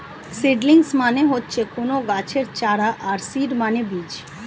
seedlings মানে হচ্ছে কোনো গাছের চারা আর সিড মানে বীজ